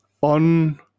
on